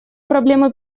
проблемы